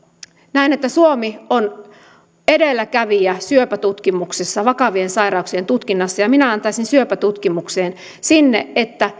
näen että suomi on edelläkävijä syöpätutkimuksessa vakavien sairauksien tutkimisessa ja minä antaisin syöpätutkimukseen siihen että